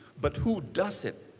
but who does it.